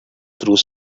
through